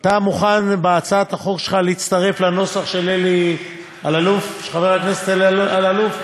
אתה מוכן בהצעת החוק שלך להצטרף לנוסח של חבר הכנסת אלי אלאלוף?